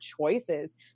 choices